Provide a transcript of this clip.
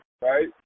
right